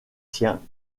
siens